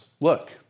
look